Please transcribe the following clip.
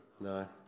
No